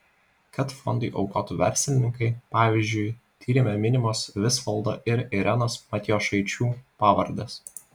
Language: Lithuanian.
kad fondui aukotų verslininkai pavyzdžiu tyrime minimos visvaldo ir irenos matjošaičių pavardės